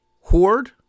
hoard